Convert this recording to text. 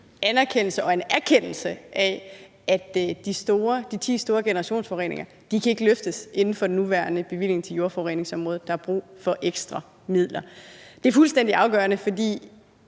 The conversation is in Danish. anerkendelse og en erkendelse af, at opgaven med de ti store generationsforureninger ikke kan løftes inden for den nuværende bevilling til jordforureningsområdet; der er brug for ekstra midler. Det er fuldstændig afgørende, fordi